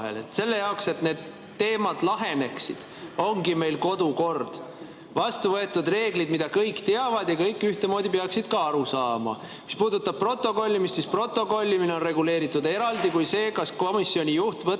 Selle jaoks, et need teemad laheneksid, ongi meil kodukord. [Meil on] vastu võetud reeglid, mida kõik teavad ja millest kõik ühtemoodi peaksid aru saama. Mis puudutab protokollimist, siis protokollimine on reguleeritud eraldi kui see, kas komisjoni juht võtab